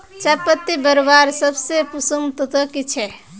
चयपत्ति बढ़वार सबसे पोषक तत्व की छे?